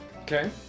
Okay